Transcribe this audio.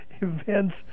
events